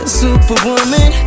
superwoman